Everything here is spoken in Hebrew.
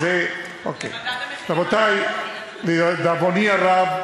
למדד המחירים, רבותי, לדאבוני הרב,